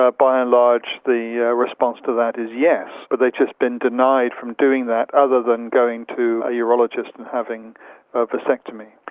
ah by and large the response to that is yes, but they've just been denied from doing that other than going to a urologist and having a vasectomy.